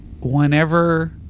whenever